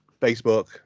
Facebook